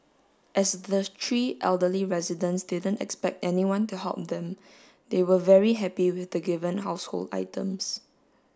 as the three elderly residents didn't expect anyone to help them they were very happy with the given household items